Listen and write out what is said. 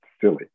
silly